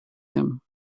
him